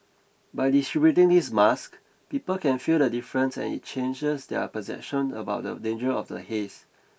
by distributing these masks people can feel the difference and it changes their perception about the danger of the haze